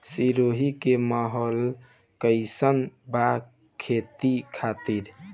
सिरोही के माहौल कईसन बा खेती खातिर?